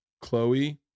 chloe